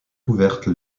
ouverte